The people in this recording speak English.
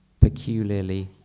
peculiarly